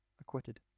acquitted